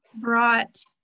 brought